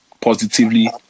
Positively